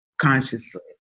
consciously